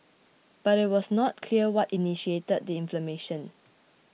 but it was not clear what initiated the inflammation